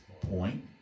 point